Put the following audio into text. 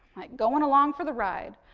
going along for the ride.